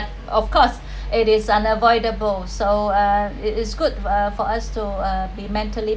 of course it is unavoidable so uh it is good uh for us to uh be mentally